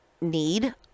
need